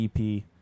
EP